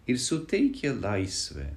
ir suteikia laisvę